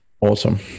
Awesome